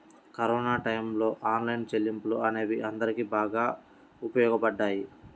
corona టైయ్యంలో online చెల్లింపులు అనేవి అందరికీ బాగా ఉపయోగపడ్డాయి